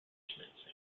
instruments